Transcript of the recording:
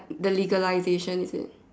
the legalization is it